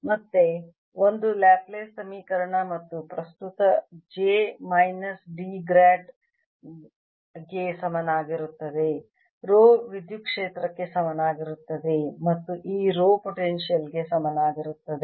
ಮತ್ತೆ ಒಂದು ಲ್ಯಾಪ್ಲೇಸ್ ಸಮೀಕರಣ ಮತ್ತು ಪ್ರಸ್ತುತ j ಮೈನಸ್ D ಗ್ರೇಡ್ ಗೆ ಸಮಾನವಾಗಿರುತ್ತದೆ ರೋ ವಿದ್ಯುತ್ ಕ್ಷೇತ್ರಕ್ಕೆ ಸಮನಾಗಿರುತ್ತದೆ ಮತ್ತು ಈ ರೋ ಪೊಟೆನ್ಶಿಯಲ್ ಗೆ ಸಮಾನವಾಗಿರುತ್ತದೆ